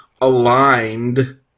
aligned